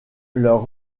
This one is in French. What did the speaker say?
leurs